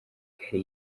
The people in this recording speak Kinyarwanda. kare